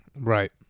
right